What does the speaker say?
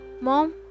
Mom